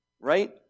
right